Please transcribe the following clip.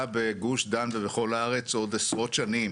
בגוש דן ובכל הארץ עוד עשרות שנים,